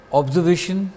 observation